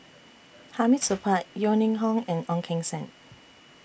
Hamid Supaat Yeo Ning Hong and Ong Keng Sen